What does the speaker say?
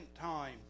time